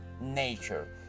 nature